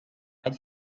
might